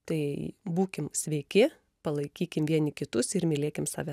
tai būkim sveiki palaikykim vieni kitus ir mylėkim save